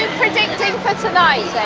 predicting for tonight?